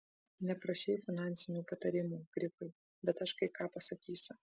neprašei finansinių patarimų grifai bet aš kai ką pasakysiu